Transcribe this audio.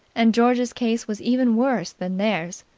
and george's case was even worse than theirs.